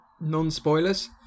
Non-spoilers